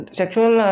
sexual